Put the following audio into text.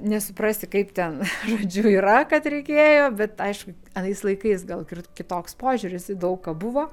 nesuprasi kaip ten žodžiu yra kad reikėjo bet aišku anais laikais gal kitoks požiūris į daug ką buvo